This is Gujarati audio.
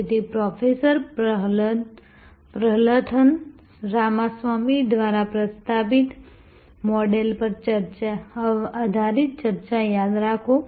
તેથી પ્રોફેસર પ્રહલથન રામાસ્વામી દ્વારા પ્રસ્તાવિત મોડેલ પર આધારિત ચર્ચા યાદ રાખો